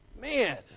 man